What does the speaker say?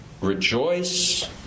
rejoice